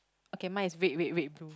okay mine is red red red blue